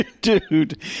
dude